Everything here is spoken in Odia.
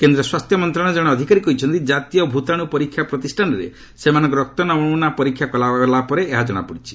କେନ୍ଦ୍ର ସ୍ୱାସ୍ଥ୍ୟ ମନ୍ତ୍ରଣାଳୟର ଜଣେ ଅଧିକାରୀ କହିଛନ୍ତି ଜାତୀୟ ଭୂତାଣୁ ପରୀକ୍ଷା ପ୍ରତିଷ୍ଠାନରେ ସେମାନଙ୍କ ରକ୍ତ ନମୁନା ପରୀକ୍ଷା ଗଲାପରେ ଏହା ଜଣାପଡ଼ିଛି